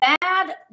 bad